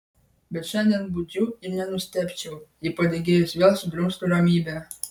bet šiandien budžiu ir nenustebčiau jei padegėjas vėl sudrumstų ramybę